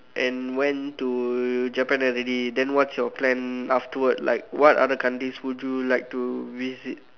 and went to Japan already then what's your plan afterward like what other countries would you like to visit